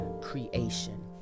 creation